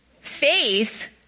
Faith